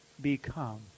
become